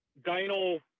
dyno